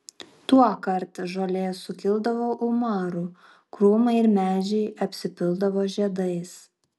tuokart žolė sukildavo umaru krūmai ir medžiai apsipildavo žiedais